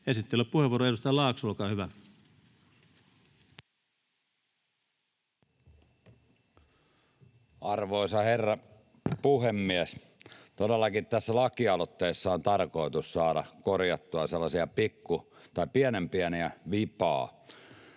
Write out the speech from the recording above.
Esittelypuheenvuoro, edustaja Laakso, olkaa hyvä. Arvoisa herra puhemies! Todellakin, tässä lakialoitteessa on tarkoitus saada korjattua pienen pientä vipaa.